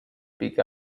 picked